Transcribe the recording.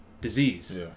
disease